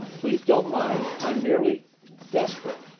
please don't mind. i'm merely desperate!